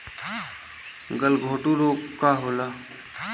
गलघोटू रोग का होला?